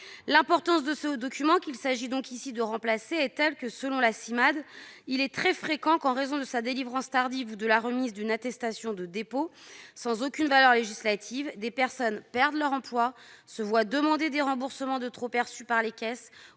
L'importance du document qu'il s'agit ici de remplacer est telle que, selon la Cimade, il est très fréquent qu'en raison de sa délivrance tardive ou de la remise d'une « attestation de dépôt » sans aucune valeur législative, des personnes perdent leur emploi, se voient demander des remboursements de trop-perçus par les caisses